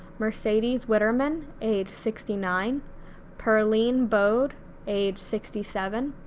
mercedes witterman age sixty nine perleen bode age sixty seven,